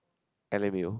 L_M_A_O